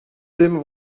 tym